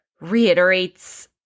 reiterates